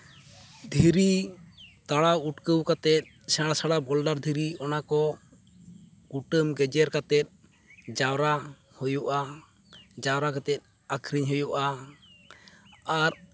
ᱫᱷᱤᱨᱤ ᱛᱟᱲᱟᱣ ᱩᱴᱠᱟᱹᱣ ᱠᱟᱛᱮᱫ ᱥᱮᱬᱟᱼᱥᱮᱬᱟ ᱵᱳᱞᱰᱟᱨ ᱫᱷᱤᱨᱤ ᱚᱱᱟ ᱠᱚ ᱠᱩᱴᱟᱹᱢ ᱜᱮᱡᱮᱨ ᱠᱟᱛᱮᱫ ᱡᱟᱣᱨᱟ ᱦᱩᱭᱩᱜᱼᱟ ᱡᱟᱣᱨᱟ ᱠᱟᱛᱮᱫ ᱟᱹᱠᱷᱨᱤᱧ ᱦᱩᱭᱩᱜᱼᱟ ᱟᱨ